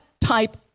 type